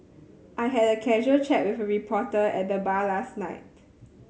I had a casual chat with a reporter at the bar last night